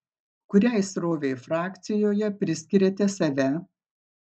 kuriai srovei frakcijoje priskiriate save